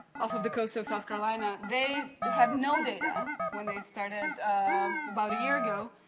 off of the coast of south carolina, they have no data when they started about a year ago.